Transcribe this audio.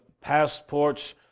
passports